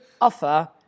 offer